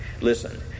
Listen